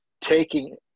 taking